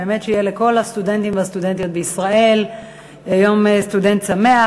באמת שיהיה לכל הסטודנטים והסטודנטיות בישראל יום סטודנט שמח.